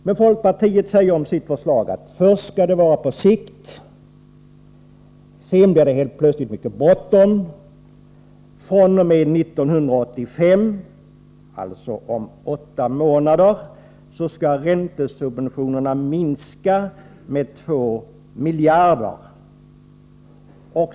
Men folkpartiet säger om sitt förslag först att det skall ses som åtgärder på sikt, men sedan blir det plötsligt mycket bråttom. fr.o.m. 1985, alltså om åtta månader, skall räntesubventionerna minska med 2 miljarder kronor.